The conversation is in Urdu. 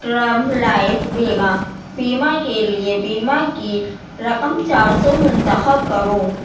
ٹرم لائف بیمہ بیمہ کے لیے بیمہ کی رقم چار سو منتخب کرو